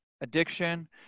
addiction